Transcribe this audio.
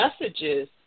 messages